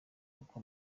uko